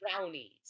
brownies